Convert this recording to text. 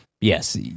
Yes